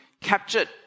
captured